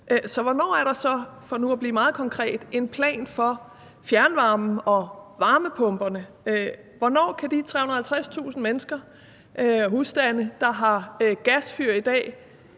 Så hvornår er der – for nu at blive meget konkret – en plan for fjernvarmen og varmepumperne? Hvornår kan de 350.000 mennesker og husstande, der har gasfyr i dag,